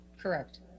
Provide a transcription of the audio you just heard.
Correct